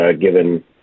given